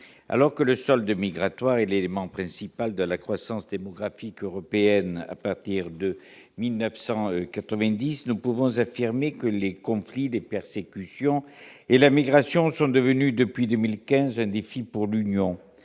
alors que le solde migratoire est l'élément principal de la croissance démographique européenne à partir de 1990, nous pouvons affirmer que les conflits, les persécutions et les migrations sont devenus, depuis 2015, un défi pour l'Union.